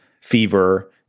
fever